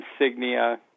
insignia